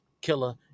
Killer